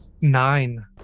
nine